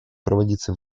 проводиться